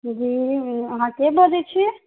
जी जी अहाँके बजै छियै